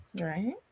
Right